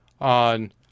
on